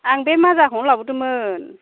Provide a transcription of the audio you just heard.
आं बे माजाखौनो लाबोदोंमोन